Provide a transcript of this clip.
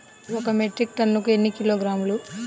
ఒక మెట్రిక్ టన్నుకు ఎన్ని కిలోగ్రాములు?